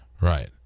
Right